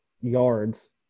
yards –